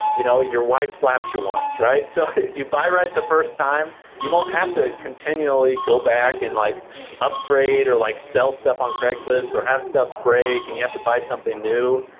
you know your wife slaps you once, right? so if you buy right the first time, you won't have to continually go back and like upgrade or like sell stuff on craigslist or have stuff break and you have to buy something new.